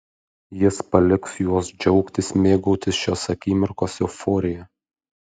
jis paliks juos džiaugtis mėgautis šios akimirkos euforija